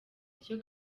icyo